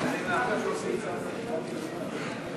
כהצעת הוועדה, נתקבל.